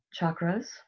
chakras